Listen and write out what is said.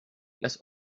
las